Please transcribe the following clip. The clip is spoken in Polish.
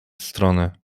strony